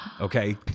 Okay